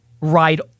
ride